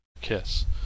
Kiss